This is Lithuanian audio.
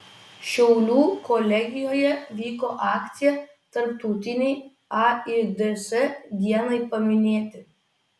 šiaulių kolegijoje vyko akcija tarptautinei aids dienai paminėti